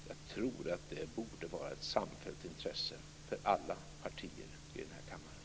Jag tror att det borde vara ett samfällt intresse för alla partier i den här kammaren.